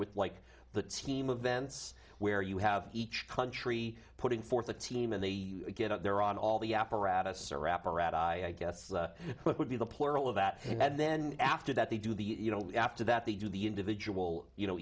with like the team of vents where you have each country putting forth a team and the get out there on all the apparatus or apparatus i guess what would be the plural of that and then after that they do the you know after that they do the individual you know